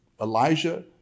Elijah